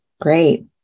great